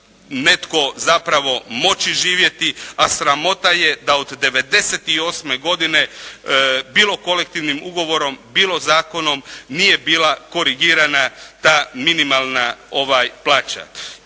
netko zapravo moći živjeti, a sramota je da od 98. godine bilo kolektivnim ugovorom, bilo zakonom nije bila korigirana ta minimalna plaća.